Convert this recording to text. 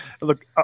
Look